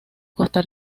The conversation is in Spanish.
costa